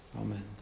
Amen